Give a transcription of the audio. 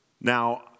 Now